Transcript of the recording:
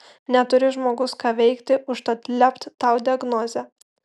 neturi žmogus ką veikti užtat lept tau diagnozę